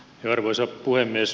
arvoisa puhemies